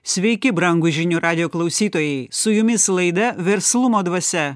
sveiki brangūs žinių radijo klausytojai su jumis laida verslumo dvasia